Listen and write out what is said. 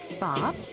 Bob